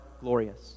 glorious